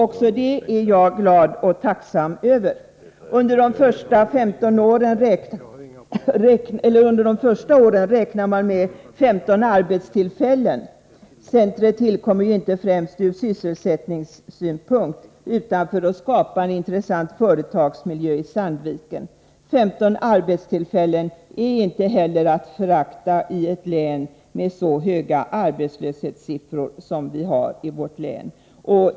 Också det är jag glad och tacksam över. Man räknar med att under de första åren kunna skapa 15 arbetstillfällen. Centret tillkommer ju inte främst ur sysselsättningssynpunkt, utan för att skapa en intressant företagsmiljö i Sandviken, men 15 arbetstillfällen är inte att förakta i ett län med så höga arbetslöshetssiffror som vi har i vårt län.